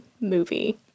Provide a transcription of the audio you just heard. movie